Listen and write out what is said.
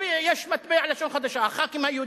יש מטבע לשון חדשה, הח"כים היהודים.